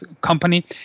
company